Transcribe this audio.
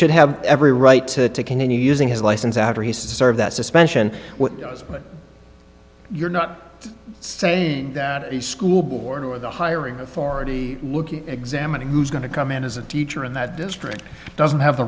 should have every right to continue using his license after he served that suspension what you're not saying that the school board or the hiring authority looking examining who's going to come in as a teacher in that district doesn't have the